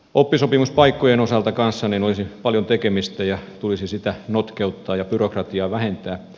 oppisopimuspaikkojen osalta kanssa olisi paljon tekemistä ja tulisi sitä notkeuttaa ja byrokratiaa vähentää